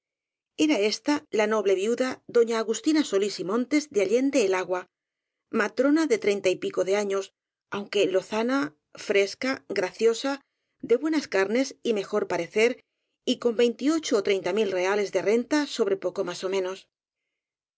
era ésta la noble viuda doña agustina solís y montes de allende el agua matrona de treinta y pico de años aunque lozana fresca graciosa de buenas carnes y mejor parecer y con veintiocho ó treinta mil reales de renta sobre poco más ó menos